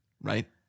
Right